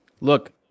look